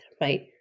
right